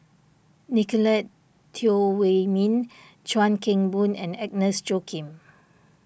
Nicolette Teo Wei Min Chuan Keng Boon and Agnes Joaquim